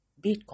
bitcoin